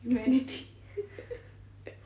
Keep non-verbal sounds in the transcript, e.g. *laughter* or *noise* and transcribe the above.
many things *laughs*